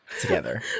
together